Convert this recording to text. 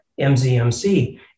MZMC